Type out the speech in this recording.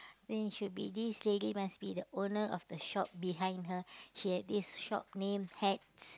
then should be this lady must be the owner of the shop behind her she had this shop name hats